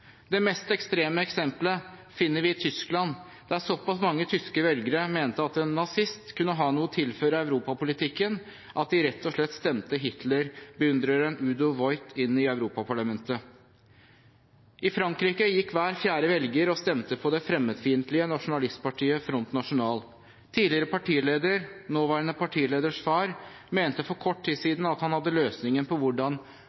Det mest ekstreme eksempelet finner vi i Tyskland, der såpass mange tyske velgere mente at en nazist kunne ha noe å tilføre europapolitikken, at de rett og slett stemte Hitler-beundreren Udo Voigt inn i Europaparlamentet. I Frankrike gikk hver fjerde velger og stemte på det fremmedfiendtlige nasjonalistpartiet Front National. Tidligere partileder, nåværende partileders far, mente for kort tid